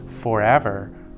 forever